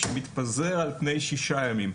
הוא מתפזר על פני שישה ימים.